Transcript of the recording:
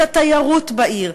את התיירות בעיר,